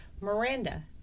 Miranda